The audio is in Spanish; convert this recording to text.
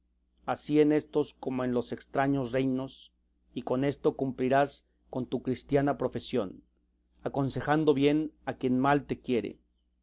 así en éstos como en los estraños reinos y con esto cumplirás con tu cristiana profesión aconsejando bien a quien mal te quiere